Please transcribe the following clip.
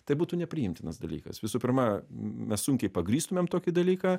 tai būtų nepriimtinas dalykas visų pirma mes sunkiai pagrįstumėm tokį dalyką